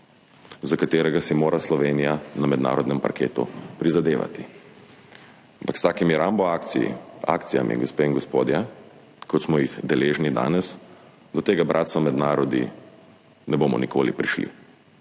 za katerega si mora Slovenija na mednarodnem parketu prizadevati. Toda s takimi rambo akcijami, gospe in gospodje, kot smo jih deležni danes, do tega bratstva med narodi ne bomo prišli